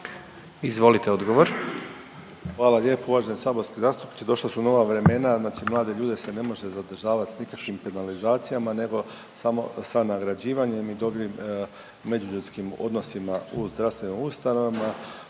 Tomislav (HDZ)** Hvala lijepo uvaženi saborski zastupniče. Došla su nova vremena, znači mlade ljude se ne može zadržavat s nikakvim penalizacijama nego samo sa nagrađivanjem i dobrim međuljudskim odnosima u zdravstvenim ustanovama.